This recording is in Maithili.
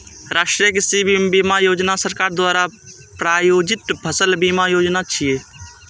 राष्ट्रीय कृषि बीमा योजना सरकार द्वारा प्रायोजित फसल बीमा योजना छियै